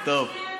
טוב,